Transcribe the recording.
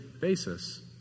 basis